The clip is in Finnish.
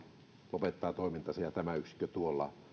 lopettaa toimintansa ja tämä yksikkö tuolla